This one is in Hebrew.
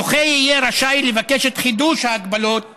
הזוכה יהיה רשאי לבקש את חידוש ההגבלות שבוטלו.